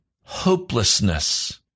hopelessness